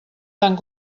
tant